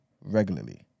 regularly